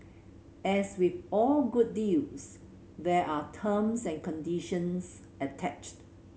as with all good deals there are terms and conditions attached